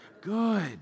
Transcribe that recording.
good